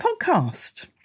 podcast